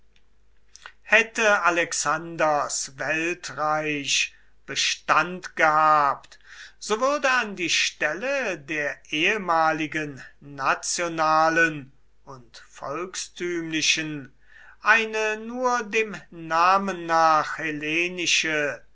hätte alexanders weltreich bestand gehabt so würde an die stelle der ehemaligen nationalen und volkstümlichen eine nur dem namen nach